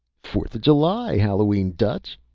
fourth of july! hallowe'en, dutch,